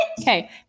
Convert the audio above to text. Okay